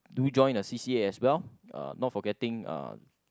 do join a C_c_A as well uh not for getting uh